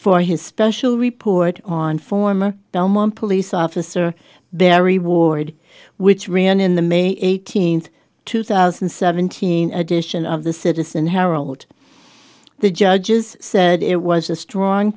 for his special report on former belmont police officer their reward which ran in the may eighteenth two thousand and seventeen edition of the citizen herald the judges said it was a strong